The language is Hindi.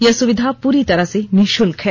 यह सुविधा पूरी तरह से निःशुल्क है